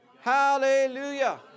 Hallelujah